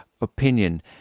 opinion